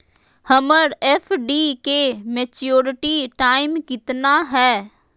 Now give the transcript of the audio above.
हमर एफ.डी के maturity time कितना है?